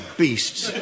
beasts